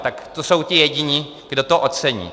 Tak to jsou ti jediní, kdo to ocení.